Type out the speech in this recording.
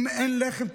אם אין לחם,